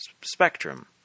spectrum